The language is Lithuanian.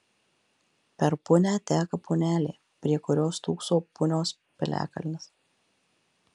per punią teka punelė prie kurios stūkso punios piliakalnis